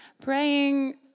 Praying